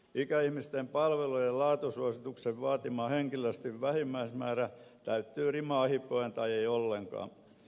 ikäihmisten palvelujen laatusuosituksen vaatima henkilöstön vähimmäismäärä täyttyy rimaa hipoen tai ei ollenkaan